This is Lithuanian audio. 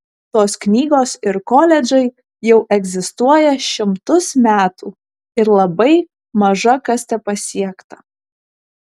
tos knygos ir koledžai jau egzistuoja šimtus metų ir labai maža kas tepasiekta